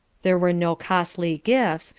there were no costly gifts,